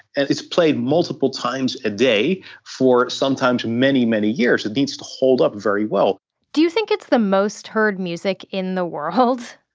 and it's played multiple times a day for sometimes many, many years. it needs to hold up very well do you think it's the most heard music in the world?